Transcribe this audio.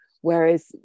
Whereas